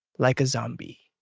like a zombie.